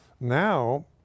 Now